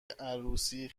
عروسی